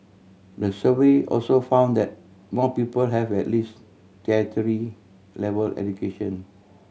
the survey also found that more people have at least tertiary level education